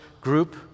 group